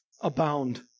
abound